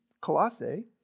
Colossae